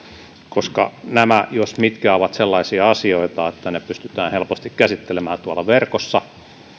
koska nämä jos mitkä ovat sellaisia asioita että ne pystytään helposti käsittelemään verkossa